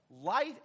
light